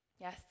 yes